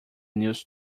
news